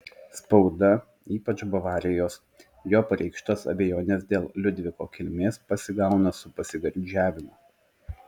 spauda ypač bavarijos jo pareikštas abejones dėl liudviko kilmės pasigauna su pasigardžiavimu